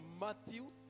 Matthew